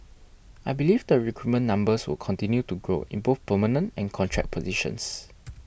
I believe the recruitment numbers will continue to grow in both permanent and contract positions